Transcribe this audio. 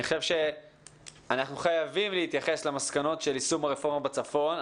אני חושב שאנחנו חייבים להתייחס למסקנות של יישום הרפורמה בצפון.